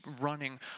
running